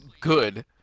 Good